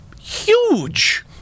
huge